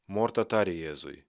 morta tarė jėzui